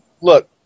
look